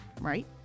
right